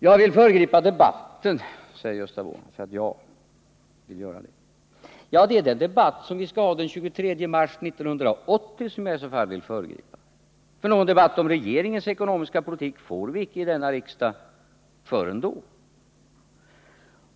Jag vill föregripa debatten, påstår Gösta Bohman. Det är den debatt som vi skall ha den 23 mars 1980 som jag i så fall vill föregripa, för någon debatt om regeringens ekonomiska politik får vi icke i denna riksdag förrän då.